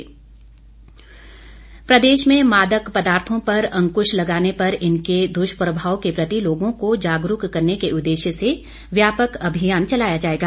मुख्य सचिव प्रदेश में मादक पदार्थों पर अंकुश लगाने पर इनके दुष्प्रभाव के प्रति लोगों को जागरूक करने के उद्देश्य से व्यापक अभियान चलाया जाएगा